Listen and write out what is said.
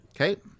Okay